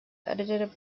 edited